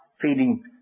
feeling